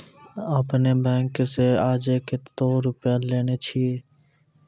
आपने ने बैंक से आजे कतो रुपिया लेने छियि?